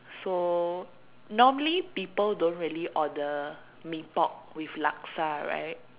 so normally people don't really order Mee-Pok with Laksa right